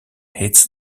its